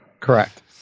Correct